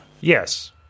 Yes